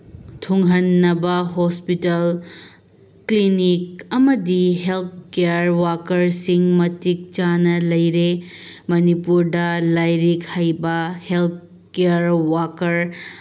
ꯊꯨꯡꯍꯟꯅꯕ hospital clinic ꯑꯃꯗꯤ health care ꯋꯥꯀꯔꯁꯤꯡ ꯃꯇꯤꯛ ꯆꯥꯅ ꯂꯩꯔꯦ ꯃꯅꯤꯄꯨꯔꯗ ꯂꯥꯏꯔꯤꯛ ꯍꯩꯕ ꯍꯦꯜꯠ ꯀꯦꯌꯔ ꯋꯥꯀꯔ